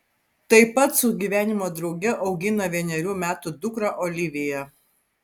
tai pat su gyvenimo drauge augina vienerių metų dukrą oliviją